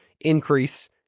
increase